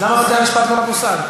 אז למה בתי-המשפט לא נתנו סעד?